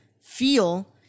feel